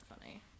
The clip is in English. funny